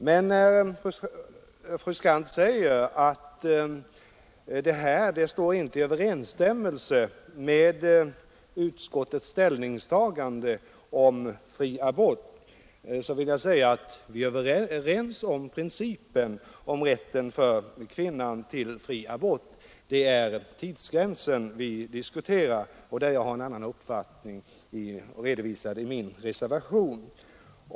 Men när fru Skantz sade att den inte står i överensstämmelse med utskottets ställningstagande i fråga om fri abort vill jag svara att vi är överens då det gäller principen om kvinnans rätt till fri abort. Vad vi diskuterar är tidsgränsen, och där har jag en annan uppfattning, redovisad i min reservation.